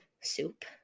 soup